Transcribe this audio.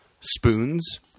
spoons